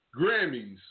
Grammys